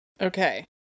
Okay